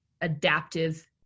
adaptive